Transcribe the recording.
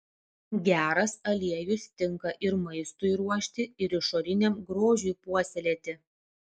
geras aliejus tinka ir maistui ruošti ir išoriniam grožiui puoselėti